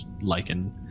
lichen